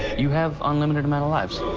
you have unlimited amount of lives.